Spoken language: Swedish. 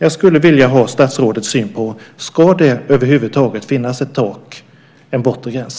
Jag skulle vilja ha statsrådets syn på detta: Ska det över huvud taget finnas ett tak - en bortre gräns?